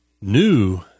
new